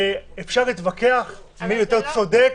אפשר להתווכח מי יותר צודק,